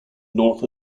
north